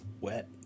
wet